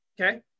Okay